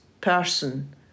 person